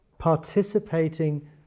Participating